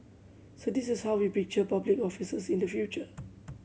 so this is how we picture public officers in the future